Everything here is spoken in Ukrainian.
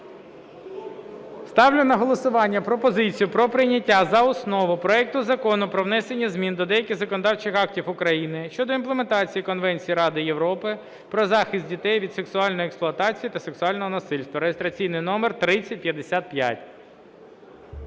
Ставлю на голосування пропозицію про прийняття за онову проекту Закону про внесення змін до деяких законодавчих актів України щодо імплементації Конвенції Ради Європи про захист дітей від сексуальної експлуатації та сексуального насильства (реєстраційний номер 3055).